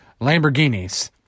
Lamborghinis